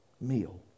meal